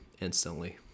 instantly